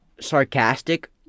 sarcastic